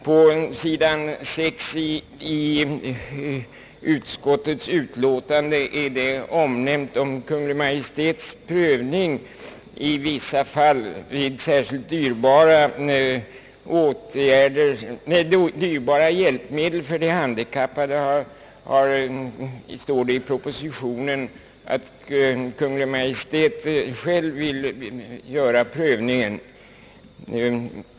På s. 6 i utskottets utlåtande nämnes om Kungl. Maj:ts prövning i vissa fall. Beträffande särskilt dyrbara hjälpme del för de handikappade står det i propositionen att Kungl. Maj:t själv vill göra prövningen.